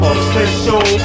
Official